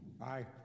Aye